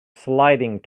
sliding